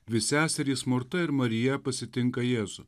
dvi seserys morta ir marija pasitinka jėzų